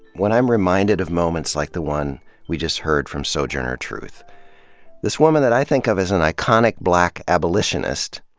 when i'm reminded of moments like the one we just heard from sojourner truth this woman that i think of as an iconic black abolitionist,